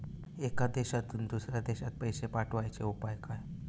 एका देशातून दुसऱ्या देशात पैसे पाठवचे उपाय काय?